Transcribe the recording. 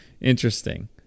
Interesting